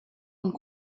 und